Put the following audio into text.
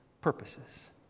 purposes